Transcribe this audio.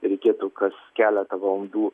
reikėtų kas keleta valandų